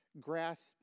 grasp